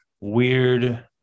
weird